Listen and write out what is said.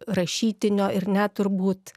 rašytinio ir net turbūt